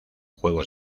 juegos